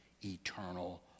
eternal